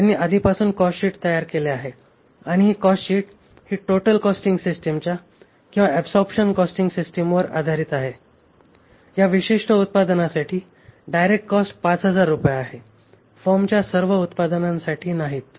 त्यांनी आधीपासूनच कॉस्टशीट तयार केले आहे आणि ही कॉस्टशीट ही टोटल कॉस्टिंग सिस्टीमच्या किंवा ऍबसॉरबशन कॉस्टिंग सिस्टीमवर आधारित आहे या विशिष्ट उत्पादनासाठी डायरेक्ट कॉस्ट 5000 रुपये आहे फर्मच्या सर्व उत्पादनांसाठी नाहीत